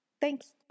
thanks